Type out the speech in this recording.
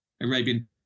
Arabian